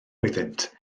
oeddynt